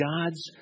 God's